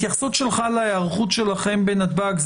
התייחסות שלך להיערכות שלכם בנתב"ג.